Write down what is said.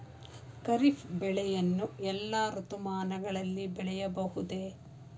ಖಾರಿಫ್ ಬೆಳೆಯನ್ನು ಎಲ್ಲಾ ಋತುಮಾನಗಳಲ್ಲಿ ಬೆಳೆಯಬಹುದೇ?